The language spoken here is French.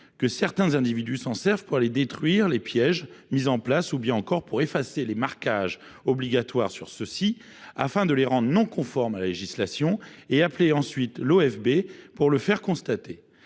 que certains individus ne s’en servent pour aller détruire les pièges mis en place ou bien encore pour effacer les marquages obligatoires sur ceux ci, afin de les rendre non conformes à la législation et d’appeler ensuite l’Office français